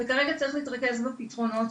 וכרגע צריכים להתרכז בפתרונות,